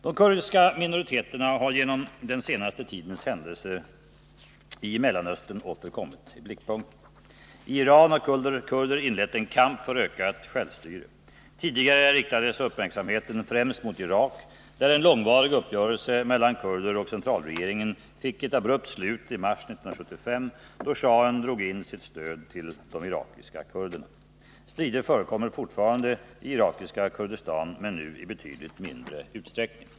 De kurdiska minoriteterna har genom den senaste tidens händelser i Mellersta Östern åter kommit i blickpunkten. I Iran har kurder inlett en kamp för ökat självstyre. Tidigare riktades uppmärksamheten främst mot Irak, där en långvarig uppgörelse mellan kurder och centralregeringen fick ett abrupt slut i mars 1975 då schahen drog in sitt stöd till de irakiska kurderna. Strider förekommer fortfarande i irakiska Kurdistan men nu i betydligt mindre utsträckning.